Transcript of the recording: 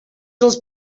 els